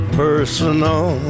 personal